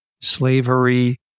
slavery